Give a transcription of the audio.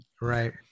Right